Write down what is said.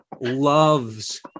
loves